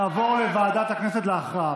היא תעבור לוועדת הכנסת להכרעה.